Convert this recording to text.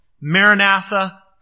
Maranatha